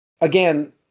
again